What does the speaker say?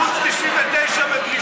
ראש הממשלה קולט ערוץ 99 בבריסל.